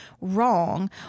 Wrong